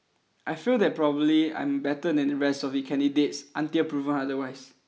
I feel that probably I am better than the rest of the candidates until proven otherwise